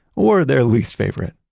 or their least favorite.